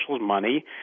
money